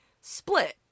split